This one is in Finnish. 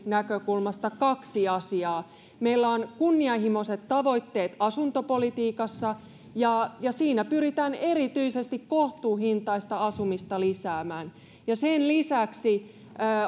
näkökulmasta kaksi asiaa meillä on kunnianhimoiset tavoitteet asuntopolitiikassa ja ja siinä pyritään erityisesti kohtuuhintaista asumista lisäämään sen lisäksi